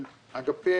של האגפים